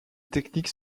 techniques